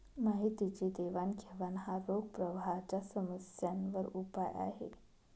माहितीची देवाणघेवाण हा रोख प्रवाहाच्या समस्यांवर उपाय आहे